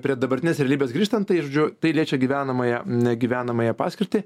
prie dabartinės realybės grįžtant tai žodžiu tai liečia gyvenamąją na gyvenamąją paskirtį